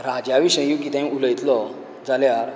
राजा विशयीं कितेंय उलयतलो जाल्यार